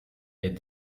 est